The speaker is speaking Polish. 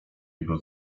jego